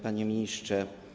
Panie Ministrze!